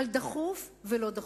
על דחוף ולא דחוף.